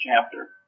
chapter